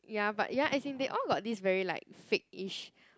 ya but ya as in they all got this very like fakeish